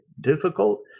difficult